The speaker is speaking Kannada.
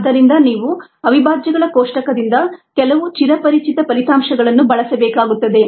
ಆದ್ದರಿಂದ ನೀವು ಅವಿಭಾಜ್ಯಗಳ ಕೋಷ್ಟಕದಿಂದ ಕೆಲವು ಚಿರಪರಿಚಿತ ಫಲಿತಾಂಶಗಳನ್ನು ಬಳಸಬೇಕಾಗುತ್ತದೆ